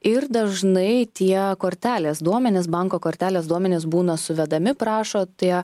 ir dažnai tie kortelės duomenys banko kortelės duomenys būna suvedami prašo tie